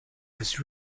was